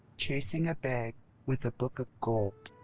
chasing a bag with a book of gold.